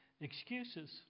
Excuses